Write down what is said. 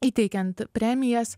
įteikiant premijas